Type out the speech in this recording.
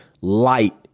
light